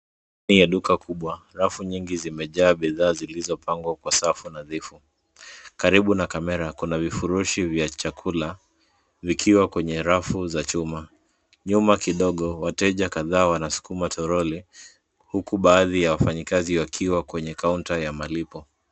Ndani ya duka kubwa rafu nyingi zimejaa bidhaa zilizopangwa kwa safu nadhifu. Karibu na kamera kuna vifurushi vya chakula, vikiwa kwenye rafu za chuma. Nyuma kidogo wateja kadhaa wanasukuma toroli huku baadhi ya wafanyikazi wakiwa kwenye kaunta ya malipo.